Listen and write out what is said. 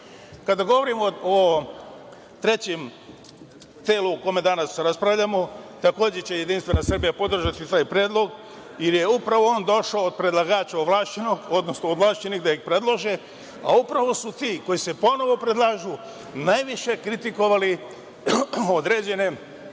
govorimo o trećem telu, o kome danas raspravljamo, takođe će Jedinstvena Srbija podržati taj predlog, jer je upravo on došao od predlagača ovlašćenog, odnosno ovlašćenih, da ih predlože, a upravo su ti koji se ponovo predlažu najviše kritikovali određene budžetske,